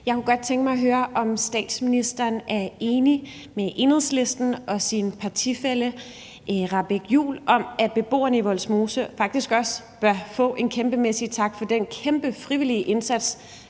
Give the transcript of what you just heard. Jeg kunne godt tænke mig at høre, om statsministeren er enig med Enhedslisten og sin partifælle Peter Rahbæk Juel om, at beboerne i Vollsmose faktisk også bør få en kæmpemæssig tak for den kæmpe frivillige indsats,